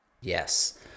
Yes